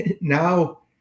Now